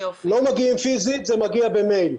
לא מגיעים פיזית, זה מגיע במייל.